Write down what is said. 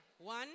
One